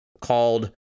called